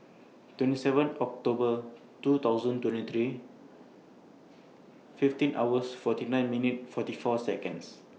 twenty seven October two thousand twenty three fifteen hours forty nine minute forty four Seconds